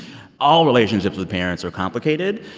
all relationships with parents are complicated,